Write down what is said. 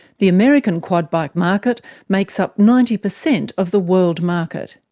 the american quad bike market makes up ninety percent of the world market.